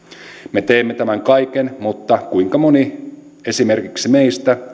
me teemme tämän kaiken mutta kuinka moni esimerkiksi meistä